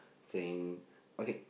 same okay